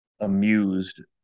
amused